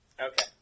Okay